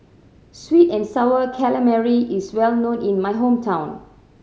sweet and Sour Calamari is well known in my hometown